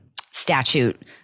statute